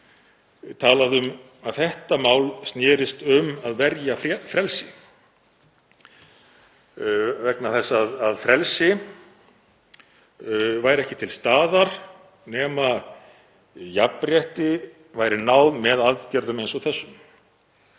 þetta mál snerist um að verja frelsi vegna þess að frelsi væri ekki til staðar nema jafnrétti væri náð með aðgerðum eins og þessum.